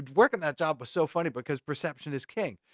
working that job was so funny because perception is king.